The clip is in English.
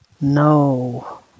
No